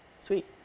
Sweet